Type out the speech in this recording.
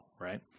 right